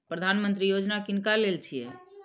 प्रधानमंत्री यौजना किनका लेल छिए?